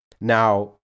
Now